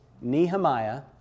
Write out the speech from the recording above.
Nehemiah